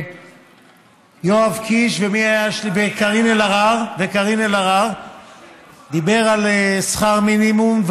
יואב קיש וקארין אלהרר דיבר על שכר מינימום,